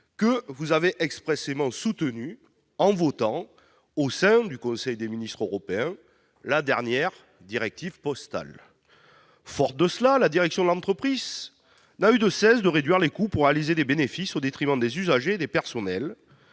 que vous avez expressément soutenues en votant, au sein du conseil des ministres européen, la dernière directive postale. Forte de ces tendances, la direction de l'entreprise n'a eu de cesse de réduire les coûts pour réaliser des bénéfices au détriment des usagers et des personnels.